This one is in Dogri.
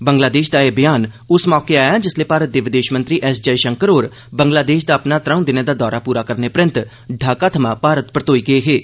बंग्लादेश दा एह् बयान उस मौके आया ऐ जिसलै भारत दे विदेश मंत्री एस जयशंकर होर बंग्लादेश दा अपना त्रौं दिनें दा दौरा पूरा करने परैन्त ढाका थमां भारत परतोई गे हे